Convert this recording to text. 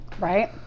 Right